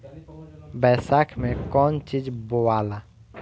बैसाख मे कौन चीज बोवाला?